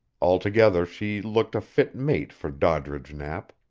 altogether she looked a fit mate for doddridge knapp.